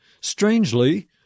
Strangely